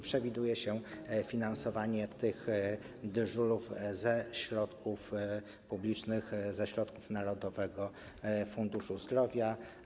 Przewiduje się finansowanie tych dyżurów ze środków publicznych, ze środków Narodowego Funduszu Zdrowia.